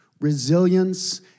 resilience